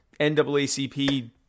NAACP